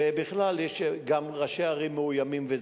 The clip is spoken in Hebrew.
ובכלל, יש גם ראשי ערים מאוימים.